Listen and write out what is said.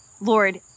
Lord